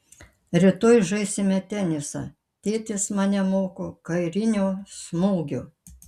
rytoj žaisime tenisą tėtis mane moko kairinio smūgio